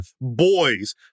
boys